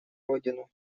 родину